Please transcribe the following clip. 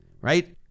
right